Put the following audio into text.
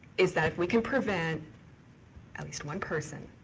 is that if we can prevent at least one person